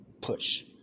push